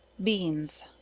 beans.